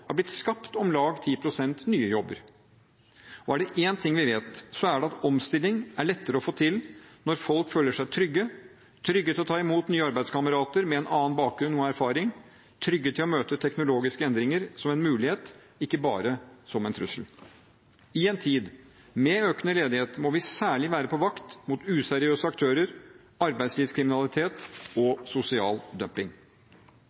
har blitt skapt om lag 10 pst. nye jobber. Er det én ting vi vet, er det at omstilling er lettere å få til når folk føler seg trygge; trygge til å ta imot nye arbeidskamerater med en annen bakgrunn og erfaring, trygge til å møte teknologiske endringer som en mulighet, ikke bare som en trussel. I en tid med økende ledighet må vi særlig være på vakt mot useriøse aktører, arbeidslivskriminalitet og sosial dumping.